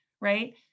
right